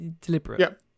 deliberate